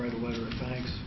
write a letter thinks